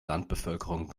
landbevölkerung